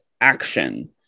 action